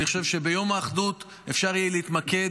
אני חושב שביום האחדות אפשר יהיה להתמקד